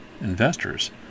investors